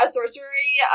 Sorcery